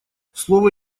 слово